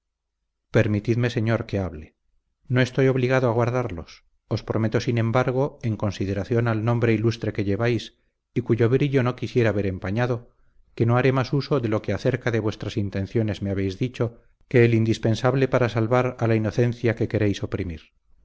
permitidme señor que hable no estoy obligado a guardarlos os prometo sin embargo en consideración al nombre ilustre que lleváis y cuyo brillo no quisiera ver empañado que no haré más uso de lo que acerca de vuestras intenciones me habéis dicho que el indispensable para salvar a la inocencia que queréis oprimir